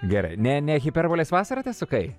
gerai ne ne hiperbolės vasarą tesukai